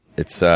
it's ah